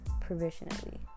provisionally